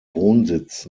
wohnsitz